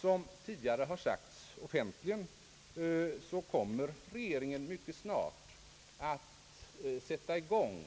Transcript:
Som tidigare har sagts offentligt kommer regeringen mycket snart att sätta i gång